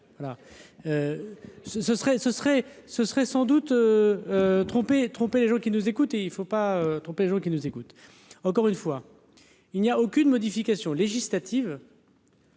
ce serait sans doute tromper et tromper les gens qui nous écoutent et il ne faut pas tromper les gens qui nous écoutent, encore une fois, il n'y a aucune modification législative.